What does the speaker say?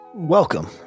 Welcome